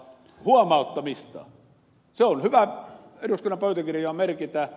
se on hyvä eduskunnan pöytäkirjaan merkitä